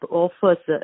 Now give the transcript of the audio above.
offers